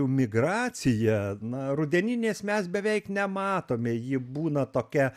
migracija na rudeninės mes beveik nematome ji būna tokia